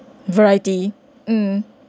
variety mm